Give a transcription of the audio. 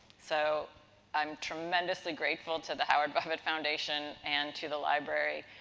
so i'm tremendously grateful to the howard buffett foundation and to the library,